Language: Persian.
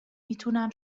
میتونم